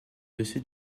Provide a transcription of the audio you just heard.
dessus